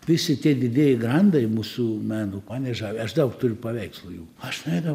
visi tie didieji grandai mūsų meno mane žavi aš daug turiu paveikslų jų aš nueidau